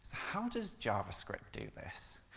how does javascript do this?